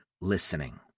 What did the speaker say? listening